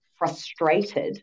frustrated